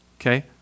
Okay